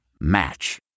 Match